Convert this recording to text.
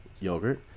yogurt